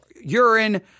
urine